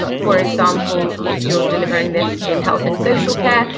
but for example, if you're delivering this in health and social care,